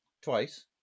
twice